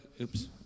Oops